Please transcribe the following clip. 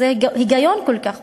זה היגיון כל כך פשוט: